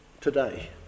today